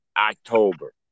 October